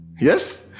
Yes